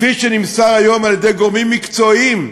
כפי שנמסר היום מגורמים מקצועיים,